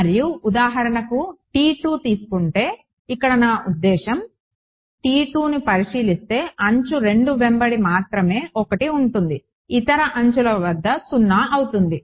మరియు ఉదాహరణకు తీసుకుంటే ఇక్కడ నా ఉద్దేశ్యం ను పరిశీలిస్తే అంచు 2 వెంబడి మాత్రమే 1 ఉంటుంది ఇతర అంచుల వద్ద 0 అవుతుంది